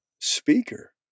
speaker